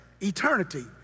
eternity